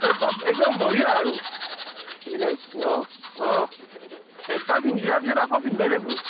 অ'য়ে একদম বঢ়িয়া আৰু এইবিলাক অঁ অঁ একবাৰ পিন্ধি চোৱাৰ পিছত আকৌ পিন্ধিবই লাগিব